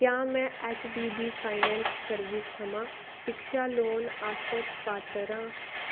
क्या में HDB Finance Services थमां शिक्षा लोन आस्तै पात्तर आं